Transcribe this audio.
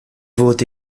vote